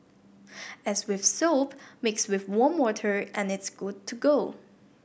as with soap mix with warm water and it's good to go